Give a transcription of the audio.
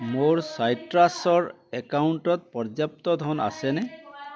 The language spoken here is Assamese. মোৰ চাইট্ৰাছৰ একাউণ্টত পৰ্যাপ্ত ধন আছেনে